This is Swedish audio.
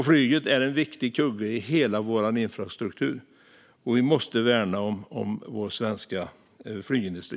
Flyget är en viktig kugge i hela vår infrastruktur. Vi måste värna om vår svenska flygindustri.